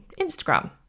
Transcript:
Instagram